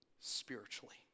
spiritually